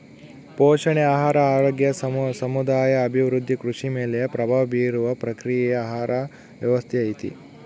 ಪೋಷಣೆ ಆಹಾರ ಆರೋಗ್ಯ ಸಮುದಾಯ ಅಭಿವೃದ್ಧಿ ಕೃಷಿ ಮೇಲೆ ಪ್ರಭಾವ ಬೀರುವ ಪ್ರಕ್ರಿಯೆಯೇ ಆಹಾರ ವ್ಯವಸ್ಥೆ ಐತಿ